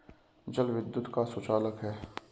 जल विद्युत का सुचालक है